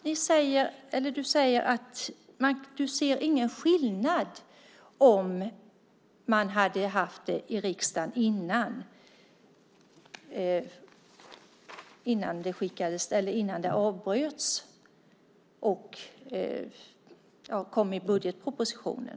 Du säger att du inte ser någon skillnad om man hade haft det i riksdagen innan det avbröts och kom i budgetpropositionen.